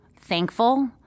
thankful